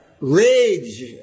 rage